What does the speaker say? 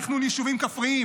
מגבלה על תכנון יישובים כפריים.